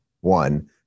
one